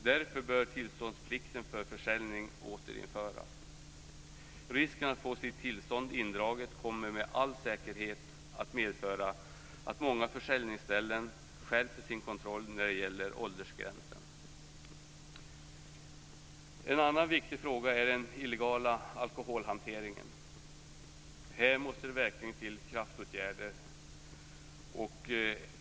Därför bör tillståndsplikten för försäljning återinföras. Risken att få tillståndet indraget kommer med all säkerhet att medföra att många försäljningsställen skärper sin kontroll när det gäller åldersgränsen. En annan viktig fråga är den illegala alkoholhanteringen. Här måste det verkligen till kraftåtgärder.